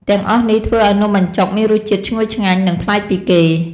ទាំងអស់នេះធ្វើឲ្យនំបញ្ចុកមានរសជាតិឈ្ងុយឆ្ងាញ់ និងប្លែកពីគេ។